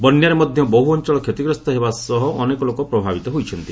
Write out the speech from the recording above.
ବନ୍ୟାରେ ମଧ୍ୟ ବହୁ ଅଞ୍ଚଳ କ୍ଷତିଗ୍ରସ୍ତ ହେବା ସହ ଅନେକ ଲୋକ ପ୍ରଭାବିତ ହୋଇଛନ୍ତି